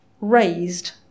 raised